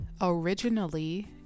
originally